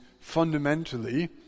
fundamentally